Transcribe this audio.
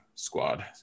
squad